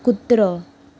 कुत्रो